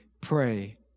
pray